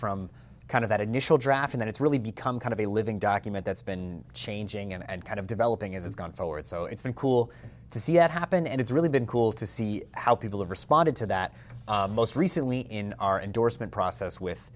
from kind of that initial draft that it's really become kind of a living document that's been changing and kind of developing as it's gone forward so it's been cool to see it happen and it's really been cool to see how people have responded to that most recently in our endorsement process with